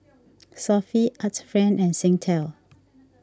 Sofy Arts Friend and Singtel